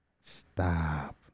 Stop